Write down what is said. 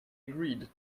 agreed